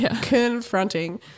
confronting